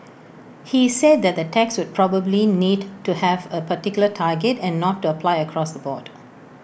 he said that the tax would probably need to have A particular target and not apply across the board